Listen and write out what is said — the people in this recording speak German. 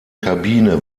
kabine